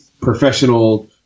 professional